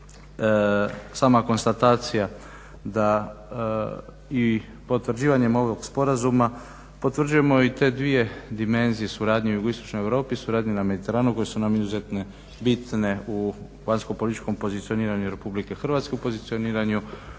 sama konstatacija da i potvrđivanjem ovog sporazuma potvrđujemo i te dvije dimenzije suradnje u jugoistočnoj Europi, suradnje na Mediteranu koje su nam izuzetno bitne u vanjskopolitičkom pozicioniranju RH, u pozicioniranju